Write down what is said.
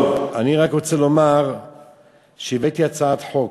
טוב, אני רק רוצה לומר שהבאתי הצעת חוק,